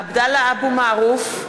עבדאללה אבו מערוף,